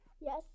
Yes